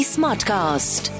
Smartcast